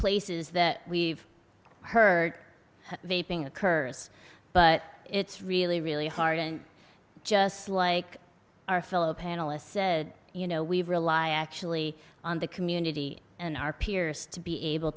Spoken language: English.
places that we've heard they ping occurs but it's really really hard and just like our fellow panelists said you know we rely actually on the community and our peers to be able